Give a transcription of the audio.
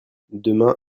demain